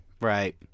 Right